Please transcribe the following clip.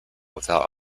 without